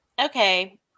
Okay